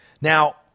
Now